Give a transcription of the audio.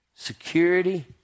security